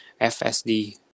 FSD